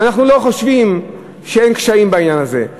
אנחנו לא חושבים שאין קשיים בעניין הזה,